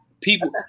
people